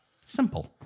Simple